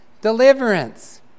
deliverance